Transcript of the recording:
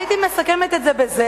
הייתי מסכמת את זה בזה,